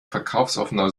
verkaufsoffener